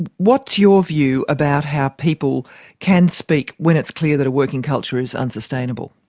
what's your view about how people can speak when it's clear that a working culture is unsustainable?